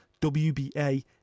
wba